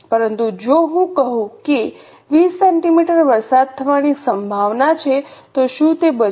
પરંતુ જો હું કહું છું કે 20 સેન્ટિમીટર વરસાદ થવાની સંભાવના છે તો શું તે બજેટ હશે